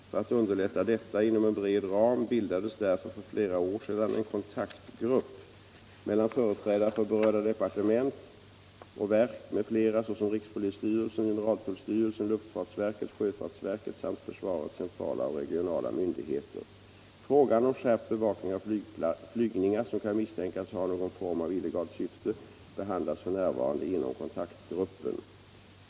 För = att underlätta detta inom en bred ram bildades därför för flera år sedan - Om åtgärder för att en kontaktgrupp mellan företrädare för berörda departement och verk förbättra sysselsättm.fl., såsom rikspolisstyrelsen, generaltullstyrelsen, luftfartsverket, sjö — ningsläget i norra fartsverket samt försvarets centrala och regionala myndigheter. Frågan Bohuslän om skärpt bevakning av flygningar som kan misstänkas ha någon form av illegalt syfte behandlas f.n. inom kontaktgruppen.